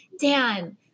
Dan